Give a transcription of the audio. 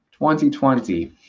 2020